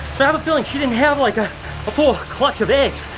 but have a feeling she didn't have like a but full clutch of eggs,